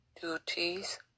duties